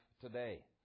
today